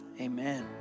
amen